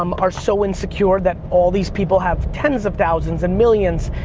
um are so insecure that all these people have tens of thousands, and millions,